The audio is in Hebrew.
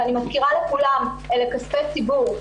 אני מזכירה לכולם, אלה כספי ציבור.